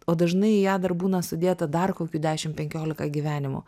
o dažnai į ją dar būna sudėta dar kokių dešimt penkiolika gyvenimų